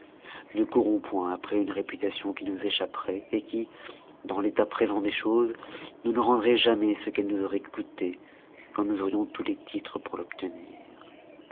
ne courons point après une réputation qui nous échapperoit qui dans l'état présent des choses ne nous rendroit jamais ce qu elle nous auroit coûté quand nous aurions tous les titres pour l'obtenir